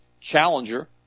challenger